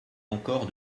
encore